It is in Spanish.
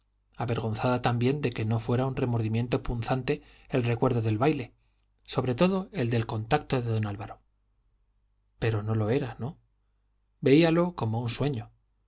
avergonzada también de que no fuera un remordimiento punzante el recuerdo del baile sobre todo el del contacto de don álvaro pero no lo era no veíalo como un sueño